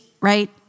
right